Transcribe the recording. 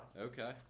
Okay